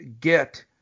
get